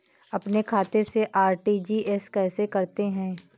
अपने खाते से आर.टी.जी.एस कैसे करते हैं?